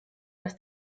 dass